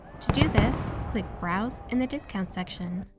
to do this, click browse in the discount section.